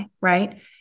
right